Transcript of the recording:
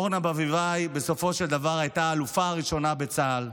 אורנה ברביבאי בסופו של דבר הייתה האלופה הראשונה בצה"ל,